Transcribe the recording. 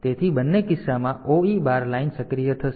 તેથી બંને કિસ્સામાં OE બાર લાઇન સક્રિય થશે